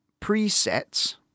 presets